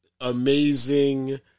Amazing